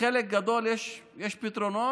לחלק גדול יש פתרונות,